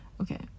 okay